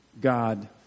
God